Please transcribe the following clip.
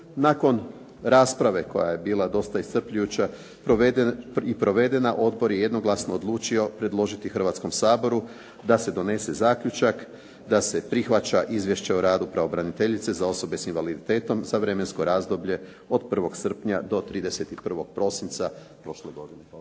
Nakon rasprave koja je bila dosta iscrpljujuća i provedena odbor je jednoglasno odlučio predložiti Hrvatskom saboru da se donese zaključak da se prihvaća izvješće o radu pravobraniteljice za osobe sa invaliditetom za vremensko razdoblje od 1. srpnja do 31. prosinca prošle godine.